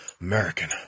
American